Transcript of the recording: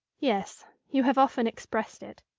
yes. you have often expressed it.